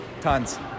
tons